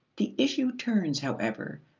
the issue turns, however,